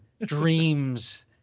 dreams